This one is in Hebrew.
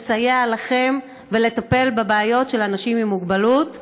לסייע לכם ולטפל בבעיות של אנשים עם מוגבלות,